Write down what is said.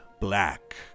black